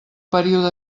període